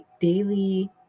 daily